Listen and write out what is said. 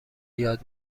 یاد